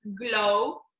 glow